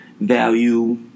value